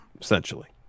Essentially